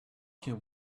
can